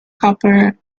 copper